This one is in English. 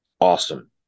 awesome